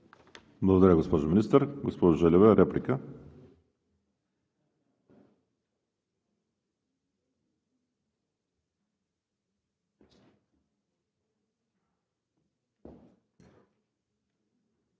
Благодаря, госпожо Министър. Госпожо Желева – реплика.